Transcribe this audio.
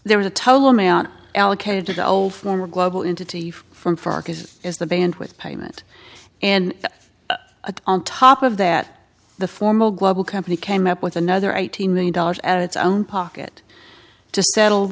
there was a total amount allocated to the old former global into tif for arc is is the band with payment and a on top of that the formal global company came up with another eighteen million dollars at its own pocket to settle